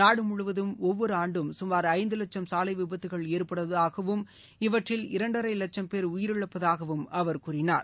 நாடு முழுவதும் ஒவ்வொரு ஆண்டும் சுமார் ஐந்து லட்சம் சாலை விபத்துகள் ஏற்படுவதாகவும் இவற்றில் இரண்டரை லட்சம் பேர் உயிரிழப்பதாகவும் அவர் கூறினார்